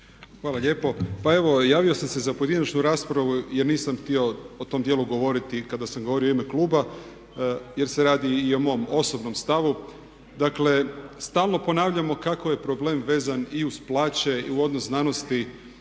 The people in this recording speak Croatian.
Hvala lijepo. Pa evo, javio sam se za pojedinačnu raspravu jer nisam htio o tom dijelu govoriti kada sam govorio u ime kluba jer se radi i o mom osobnom stavu. Dakle, stalno ponavljamo kako je problem vezan i uz plaće i u odnos znanosti.